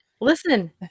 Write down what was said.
listen